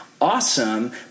awesome